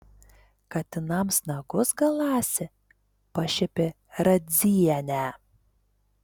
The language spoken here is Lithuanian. katinams nagus galąsi pašiepė radzienę